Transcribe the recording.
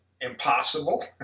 impossible